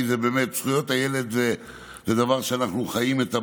כי זכויות הילד זה דבר שאנחנו חיים אותו,